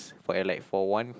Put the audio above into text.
for like for one